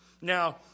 Now